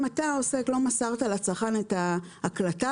אם אתה העוסק לא מסרת לצרכן את ההקלטה